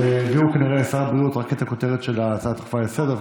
אז הביאו כנראה לשר הבריאות רק את הכותרת של ההצעה הדחופה לסדר-היום,